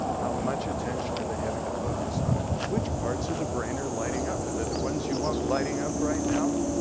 how much attention are they having to focus on it? which parts of the brain are lighting up? are they the ones you want lighting up right now?